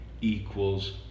equals